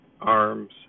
arms